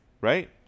right